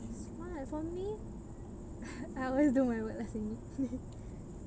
!wah! I for me I always do my witnessing